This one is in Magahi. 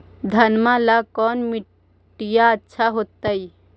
घनमा ला कौन मिट्टियां अच्छा होतई?